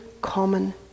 common